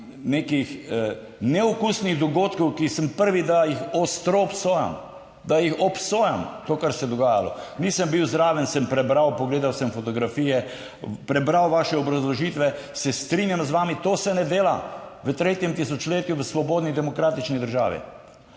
nekih neokusnih dogodkov, kjer sem prvi, da jih ostro obsojam, da jih obsojam, to, kar se je dogajalo; nisem bil zraven, sem prebral, pogledal sem fotografije, prebral vaše obrazložitve. Se strinjam z vami, tega se ne dela v tretjem tisočletju v svobodni, demokratični državi.